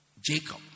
Jacob